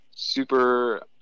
Super